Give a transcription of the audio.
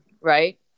right